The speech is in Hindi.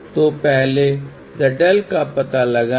तो पहले ZL का पता लगाएं